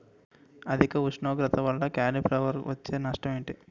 అధిక ఉష్ణోగ్రత వల్ల కాలీఫ్లవర్ వచ్చే నష్టం ఏంటి?